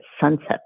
sunset